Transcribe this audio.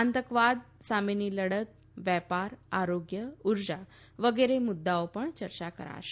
આતંકવાદ સામેની લડત વેપાર આરોગ્ય ઊર્જા વિગેરે મુદ્દે પણ ચર્ચા કરાશે